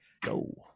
go